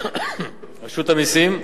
רשות המסים: